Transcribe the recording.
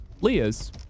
leah's